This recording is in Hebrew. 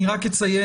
אני רק אציין,